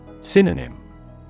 Synonym